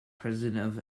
president